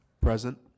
Present